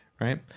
Right